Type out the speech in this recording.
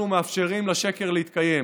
אנחנו מאפשרים לשקר להתקיים.